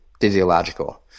physiological